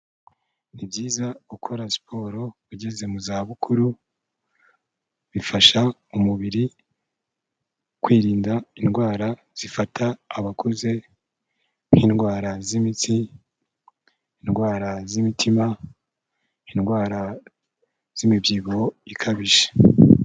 Ni byiza gukora siporo ugeze mu zabukuru, bifasha umubiri kwirinda indwara zifata abakuze, nk'indwara z'imitsi, indwara z'imitima, indwara z'imibyibuho ikabije.